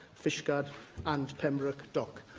fishguard and pembroke dock.